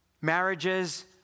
marriages